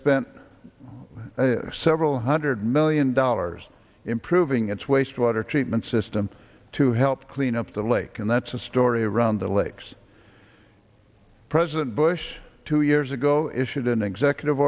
spent several hundred million dollars improving its wastewater treatment system to help clean up the lake and that's a story around the lakes president bush two years ago issued an executive